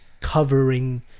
covering